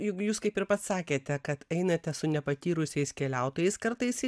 juk jūs kaip ir pats sakėte kad einate su nepatyrusiais keliautojais kartais į